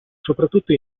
soprattutto